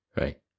Right